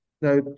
Now